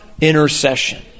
intercession